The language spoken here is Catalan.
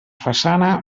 façana